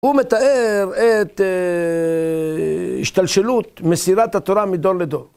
הוא מתאר את השתלשלות מסירת התורה מדור לדור.